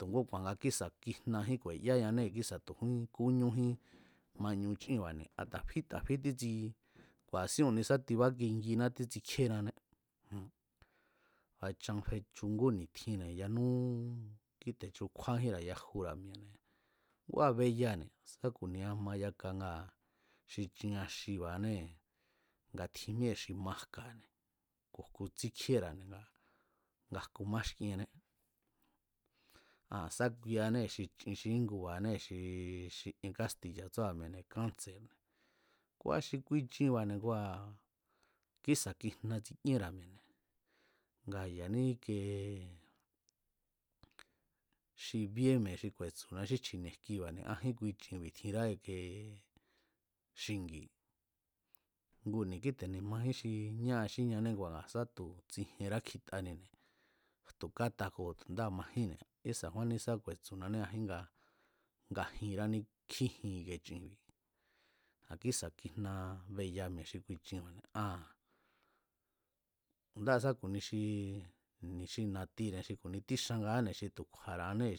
Tu̱úku̱a̱n nga kísa̱ kijnajín ku̱e̱yáñanée̱ kísa̱ tu̱kúñújín mañu chínba̱ne̱ a̱ ta̱fí títsi ku̱a̱ra̱sín ku̱nisá tibákinginá tsítsikjíénané, jon a̱ chan fechu ngú ni̱tjinne̱ yanú kíte̱ chukjúájínra̱ yajura̱ mi̱e̱ ngua̱ beyane̱ sá ku̱nia ma yaka ngaa̱ xi chin axiba̱anée̱ nga tjin míée̱ xi majka̱ne̱ ku̱ jku tsíkjíéra̱ne̱ nga jku máxkiené aa̱n sá kuianée̱ xi chin xi ínguba̱anée̱ xi xi ien kástiya̱ tsúra̱ mi̱e̱ne̱ kánse̱rne̱, kua̱ xi kui chinba̱ne̱ kua̱ kísa̱ kijna tsik'íenra̱ mi̱e̱ne̱ ngaa̱ yaní ikie xi bíé mi̱e̱ xi ku̱e̱tsu̱na xí chji̱ni̱e̱ jkiba̱ne̱ ajín kui chinbi̱ tjinrá ikie xingi̱, ngune̱ kíte̱ ni̱majín xi ñáa xí ñané ngua̱ sá tu̱ tsijienrá kjitanine̱ jtu̱káta koo̱ tu̱ndáa̱ majínne̱ ísa̱kjúánní sá ku̱e̱tsu̱ná ajín nga jinraní kjíjin chinbi̱ a̱ kísa̱ kijna beya mi̱e̱ xi kui chiba̱ne̱ aa̱n ndáa̱ sá ku̱ni xi, xi na̱tine̱ xi ku̱ni tíxangaáne̱ xi tu̱ kju̱a̱ra̱anée̱